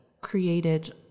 created